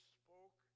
spoke